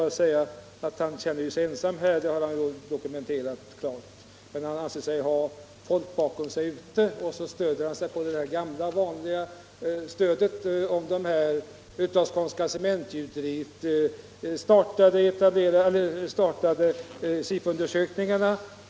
Herr Danell känner sig ensam här — det har han klart dokumenterat — men han anser att han har folk bakom sig ute i samhället. Han åberopar det gamla vanliga stödet från de av Skånska Cementgjuteriet styrda SIFO undersökningarna.